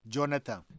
Jonathan